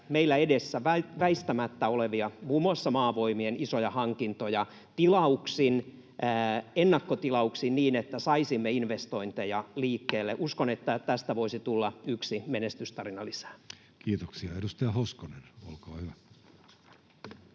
meillä edessä väistämättä olevia muun muassa Maavoimien isoja hankintoja ennakkotilauksin, niin että saisimme investointeja liikkeelle? Uskon, että tästä voisi tulla yksi menestystarina lisää. [Speech 195] Speaker: